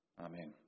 Amen